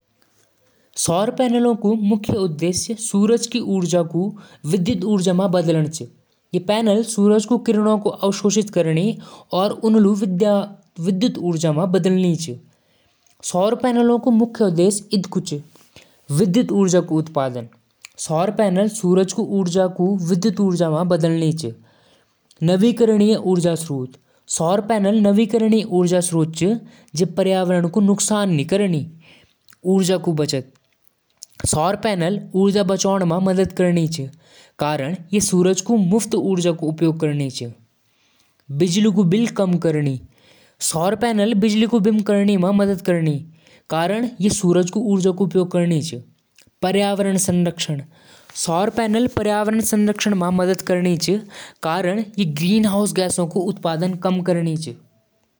सिक्कों क किनारों पर धारियाँ नकली सिक्के पहचानण म मदद करदु। पुराने समय म महंगे धातु क सिक्के कटिंग स बचण क लिए धारियाँ डाली होलि। आजकल यो सुरक्षा और डिज़ाइन क लिए इस्तेमाल होलु।